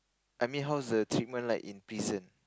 I mean how's the treatment like in prison